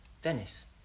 Venice